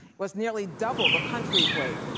was nearly double the country's rate.